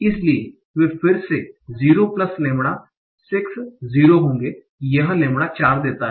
इसलिए वे फिर से 0 लैम्ब्डा 6 0 होंगे यह लैम्ब्डा 4 देता हैं